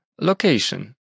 location